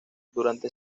durante